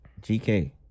GK